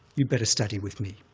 you'd better study with me.